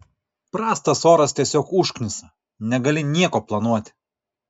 prastas oras tiesiog užknisa negali nieko planuoti